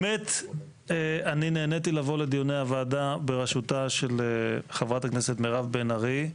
באמת נהניתי לבוא לדיוני הוועדה בראשותה של חברת הכנסת מירב בן ארי.